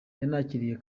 yanakiniye